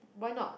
why not